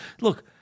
look